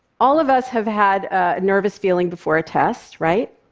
all of us have had a nervous feeling before a test, right?